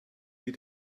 wie